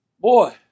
Boy